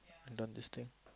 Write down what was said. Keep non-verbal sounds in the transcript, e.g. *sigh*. *noise* done this thing